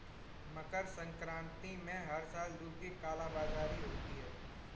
मकर संक्रांति में हर साल दूध की कालाबाजारी होती है